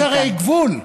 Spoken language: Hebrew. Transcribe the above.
יש הרי גבול.